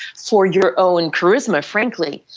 for your own charisma frankly,